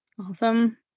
Awesome